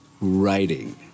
writing